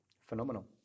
Phenomenal